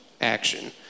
action